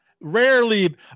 rarely